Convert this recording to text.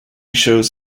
shows